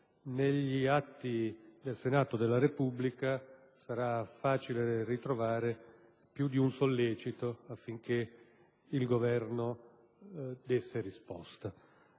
negli atti del Senato della Repubblica sarà facile ritrovare più di un sollecito affinché il Governo desse risposta.